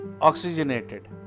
oxygenated